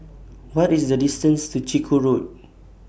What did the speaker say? What IS The distance to Chiku Road